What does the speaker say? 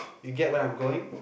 you get where I am going